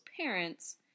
parents